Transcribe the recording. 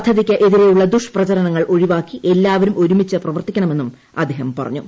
പദ്ധതിയ്ക്കെതിരെയുള്ള ദുഷ്പ്രചരണങ്ങൾ ഒഴിവാക്കി എല്ലാവരും ഒരുമിച്ചു പ്രവർത്തിക്കണമെന്നും അദ്ദേഹം പറഞ്ഞു